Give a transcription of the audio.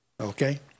Okay